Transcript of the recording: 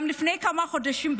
גם לפני כמה חודשים,